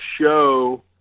show